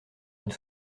une